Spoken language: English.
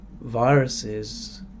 viruses